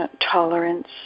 tolerance